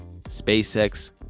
SpaceX